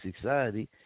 society